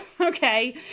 okay